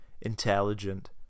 intelligent